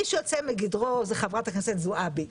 מי שיוצא מגדרו זה חברת הכנסת זועבי,